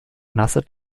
nasse